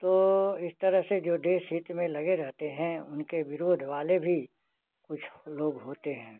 तो इस तरह से जो देश हित में लगे रहते हैं उनके विरोध वाले भी कुछ लोग होते हैं